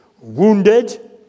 wounded